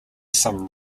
some